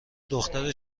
دختر